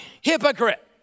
Hypocrite